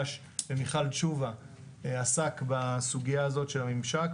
ומיכל תשובה עסק בסוגיה הזאת של הממשק,